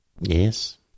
Yes